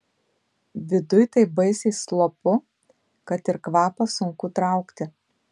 viduj taip baisiai slopu kad ir kvapą sunku traukti